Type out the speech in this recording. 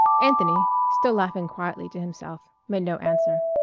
anthony, still laughing quietly to himself, made no answer.